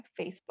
Facebook